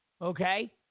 Okay